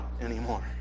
anymore